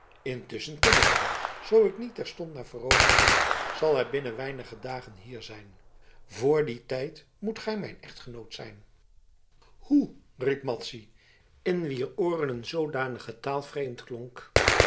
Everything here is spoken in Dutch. ken hem zoo ik niet terstond naar verona keer zal hij binnen weinige dagen hier zijn voor dien tijd moet gij mijn echtgenoot zijn hoe riep madzy in wier ooren een zoodanige taal vreemd klonk